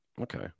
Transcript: okay